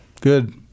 Good